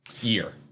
year